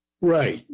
Right